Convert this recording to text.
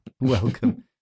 welcome